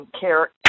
Care